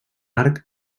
arc